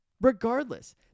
Regardless